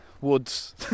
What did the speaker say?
woods